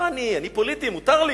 לא אני, אני פוליטי, מותר לי,